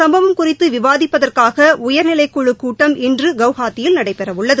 சம்பவம் குறித்து விவாதிப்பதற்காக உயர்நிலைக்குழுக் கூட்டம் இன்று இந்த குவஹாத்தி நடைபெறவுள்ளது